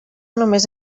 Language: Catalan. només